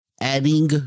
adding